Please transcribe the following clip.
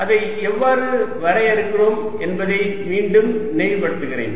அதை எவ்வாறு வரையறுக்கிறோம் என்பதை மீண்டும் நினைவுபடுத்துகிறேன்